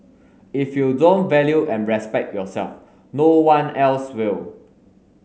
if you don't value and respect yourself no one else will